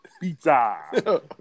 Pizza